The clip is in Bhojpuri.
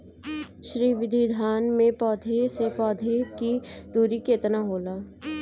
श्री विधि धान में पौधे से पौधे के दुरी केतना होला?